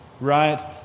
right